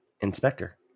Inspector